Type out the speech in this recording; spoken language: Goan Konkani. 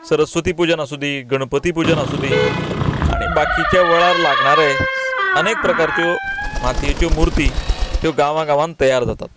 सरस्वती पुजन आसूंदी गणपती पुजन आसूंदी आनी बाकिचे वेळार लागणारे अनेक प्रकारच्यो मातयेच्यो मुर्ती ह्यो गांवा गांवांत तयार जातात